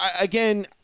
again